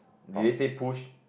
did they say push